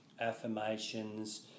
affirmations